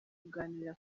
kuganira